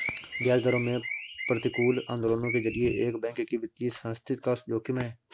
ब्याज दरों में प्रतिकूल आंदोलनों के लिए एक बैंक की वित्तीय स्थिति का जोखिम है